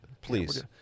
Please